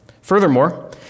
Furthermore